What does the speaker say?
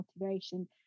motivation